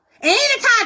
anytime